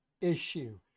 issue